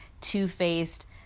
two-faced